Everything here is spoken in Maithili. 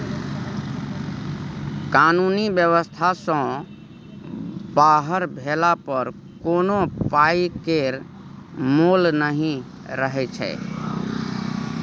कानुनी बेबस्था सँ बाहर भेला पर कोनो पाइ केर मोल नहि रहय छै